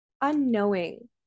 unknowing